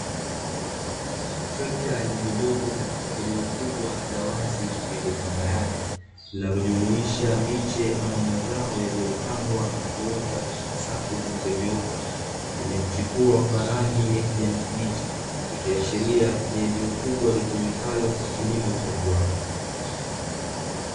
Trekta lililopo katika eneo kubwa la wazi lililo tambarare, linalojumuisha miche ama mazao yaliyopandwa na kuota katika safu zilizonyooka, yenye kuchipua kwa rangi ya kijani kibichi, ikiashiria ni eneo kubwa litumikalo kwa kilimo cha viwanda.